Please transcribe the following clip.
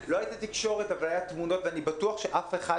לא הייתה אז תקשורת נפוצה אבל היו תמונות ואני בטוח שאף אחד